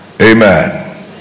amen